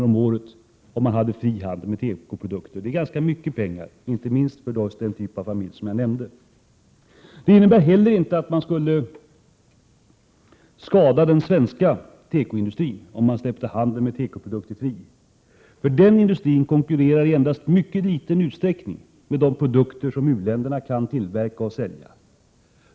om året genom en fri handel med tekoprodukter. Det är ganska mycket pengar för en sådan familj. Att släppa handeln med tekoprodukter fri innebär inte heller att man skadar den svenska tekoindustrin. Den industrin konkurrerar i mycket liten utsträckning med de produkter som u-länderna kan tillverka och sälja.